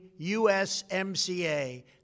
USMCA